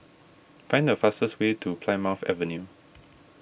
find the fastest way to Plymouth Avenue